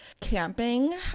camping